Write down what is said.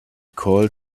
called